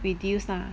reduce ah